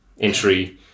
entry